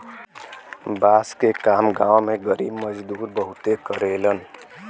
बांस के काम गांव में गरीब मजदूर बहुते करेलन